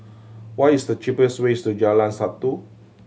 what is the cheap ways to Jalan Satu